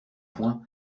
poing